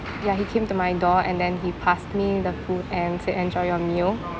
ya he came to my door and then he passed me the food and said enjoy your meal